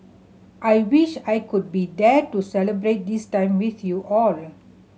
I wish I could be there to celebrate this time with you all